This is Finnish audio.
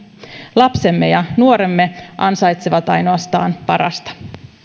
lapsemme ja nuoremme ansaitsevat ainoastaan parasta